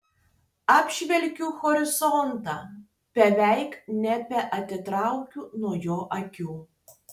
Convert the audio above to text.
apžvelgiu horizontą beveik nebeatitraukiu nuo jo akių